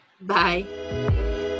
bye